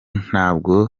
ntabwo